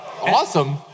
Awesome